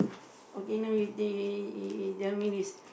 okay now you t~ tell me this